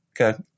Okay